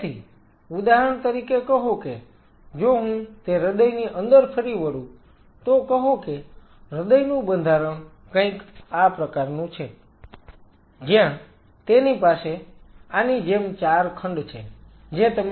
તેથી ઉદાહરણ તરીકે કહો કે જો હું તે હૃદયની અંદર ફરી વળું તો કહો કે હૃદયનું બંધારણ કંઈક આ પ્રકારનું છે જ્યાં તેની પાસે આની જેમ 4 ખંડ છે જે તમે જાણો છો